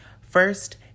First